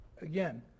again